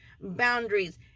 boundaries